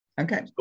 Okay